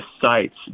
sites